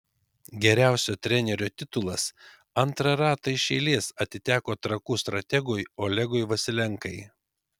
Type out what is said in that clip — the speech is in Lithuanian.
geriausio trenerio titulas antrą ratą iš eilės atiteko trakų strategui olegui vasilenkai